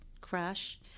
crash